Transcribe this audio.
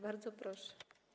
Bardzo proszę.